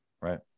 right